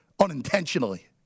unintentionally